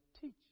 teach